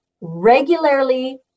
regularly